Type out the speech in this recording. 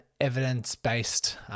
evidence-based